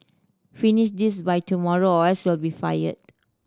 finish this by tomorrow or else you'll be fired